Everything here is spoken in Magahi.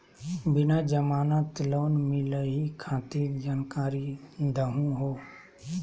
बिना जमानत लोन मिलई खातिर जानकारी दहु हो?